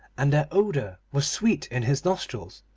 and their odour was sweet in his nostrils,